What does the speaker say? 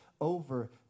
over